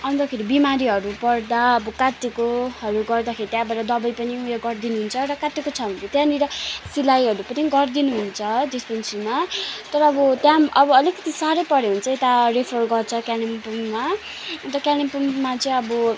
अन्तखेरि बिमारीहरू पर्दा अब काटेकोहरू गर्दाखेरि त्यहाँबाट दबाई पनि उयो गरिदिनु हुन्छ र काटेको छ भने त्यहाँनिर सिलाइहरू पनि गरिदिनुहुन्छ डिस्पेन्सरीमा तर अब त्यहाँ पनि अब अलिकिति साह्रै पऱ्यो भने चाहिँ यता रेफर गर्छ कालिम्पोङमा अन्त कालिम्पोङमा चाहिँ अब